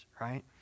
right